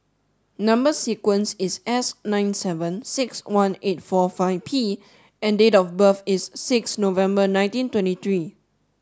number sequence is S nine seven six one eight four five P and date of birth is six November nineteen twenty three